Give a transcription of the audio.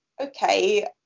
okay